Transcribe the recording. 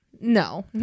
no